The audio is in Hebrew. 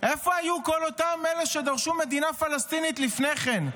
איפה היו כל אותם אלה שדרשו מדינה פלסטינית לפני כן?